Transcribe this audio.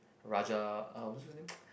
Raja uh what's what's his name